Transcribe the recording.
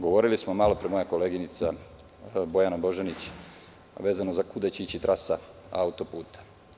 Govorili smo malo pre moja koleginica Bojana Božanić i ja vezano za to kuda će ići trasa autoputa.